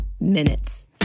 minutes